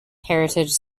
heritage